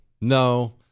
No